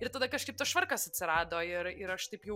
ir tada kažkaip tas švarkas atsirado ir ir aš taip jau